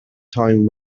time